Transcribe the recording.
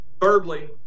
Thirdly